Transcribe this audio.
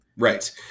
Right